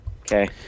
Okay